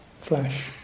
flash